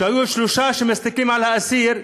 כשהיו שלושה שמסתכלים על האסיר,